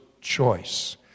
choice